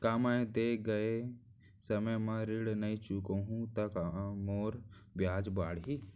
का मैं दे गए समय म ऋण नई चुकाहूँ त मोर ब्याज बाड़ही?